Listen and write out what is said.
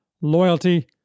loyalty